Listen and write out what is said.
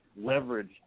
leverage